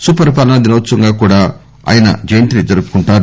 సుపరిపాలన దినోత్సవంగా కూడా ఆయన జయంతిని జరుపుకుంటారు